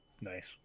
Nice